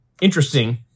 interesting